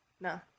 No